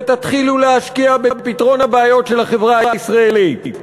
ותתחילו להשקיע בפתרון הבעיות של החברה הישראלית.